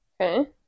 Okay